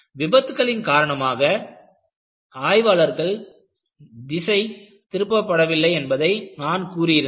விபத்துகளின் காரணமாக ஆய்வாளர்கள் திசை திருப்ப படவில்லை என்பதை நான் கூறி இருந்தேன்